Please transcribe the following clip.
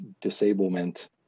disablement